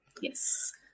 Yes